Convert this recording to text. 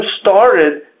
started